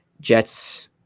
Jets